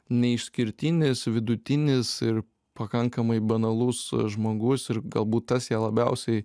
neišskirtinis vidutinis ir pakankamai banalus žmogus ir galbūt tas ją labiausiai